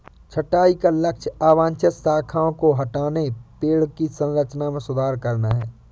छंटाई का लक्ष्य अवांछित शाखाओं को हटाना, पेड़ की संरचना में सुधार करना है